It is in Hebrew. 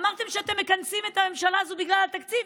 אמרתם שאתם מכנסים את הממשלה הזאת בגלל התקציב?